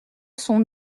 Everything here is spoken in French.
son